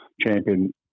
champion